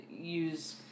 use